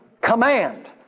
command